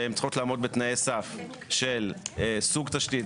שהן צריכות לעמוד בתנאי סף של סוג תשתית